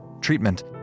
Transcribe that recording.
treatment